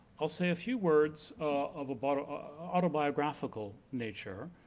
i'll say a few words of but autobiographical nature.